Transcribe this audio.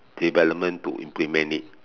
development to implement it